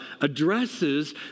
addresses